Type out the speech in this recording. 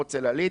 לא רוצה להלאות,